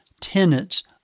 tenets